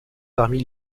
parmi